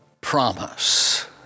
promise